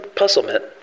puzzlement